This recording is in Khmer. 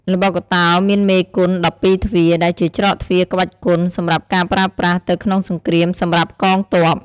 ល្បុក្កតោ មានមេគុន ១២ទ្វារ ដែលជាច្រកទ្វារក្បាច់គុន សម្រាប់ការប្រើប្រាសទៅក្នុងសង្គ្រាមសម្រាប់កងទ័ព។